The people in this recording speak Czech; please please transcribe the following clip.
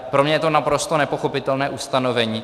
Pro mě je to naprosto nepochopitelné ustanovení.